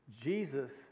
Jesus